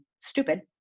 stupid